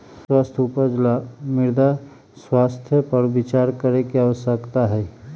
स्वस्थ उपज ला मृदा स्वास्थ्य पर विचार करे के आवश्यकता हई